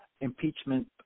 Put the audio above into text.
impeachment